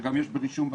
שגם יש לו רישום בטאבו,